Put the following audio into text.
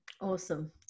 awesome